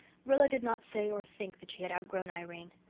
rilla did not say or think that she had outgrown irene.